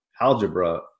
algebra